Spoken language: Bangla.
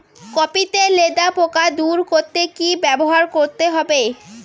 কপি তে লেদা পোকা দূর করতে কি ব্যবহার করতে হবে?